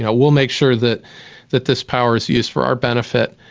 yeah we'll make sure that that this power's used for our benefit.